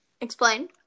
Explain